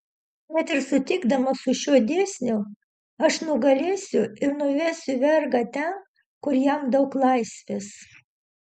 net ir sutikdamas su šiuo dėsniu aš nugalėsiu ir nuvesiu vergą ten kur jam daug laisvės